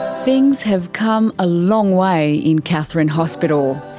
things have come a long way in katherine hospital.